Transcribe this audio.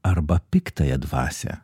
arba piktąją dvasią